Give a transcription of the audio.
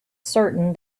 certain